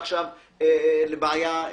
כמה הם מטעים אותנו לגבי 15% שנוסעים ללא תשלום.